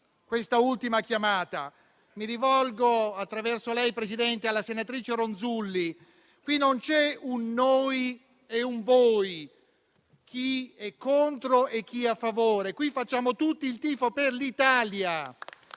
che riguarda tutti. Mi rivolgo, attraverso lei, Presidente, alla senatrice Ronzulli. Qui non c'è un noi e un voi, chi è contro e chi a favore: qui facciamo tutti il tifo per l'Italia.